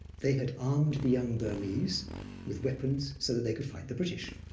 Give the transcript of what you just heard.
they had armed the young burmese with weapons so that they could fight the british.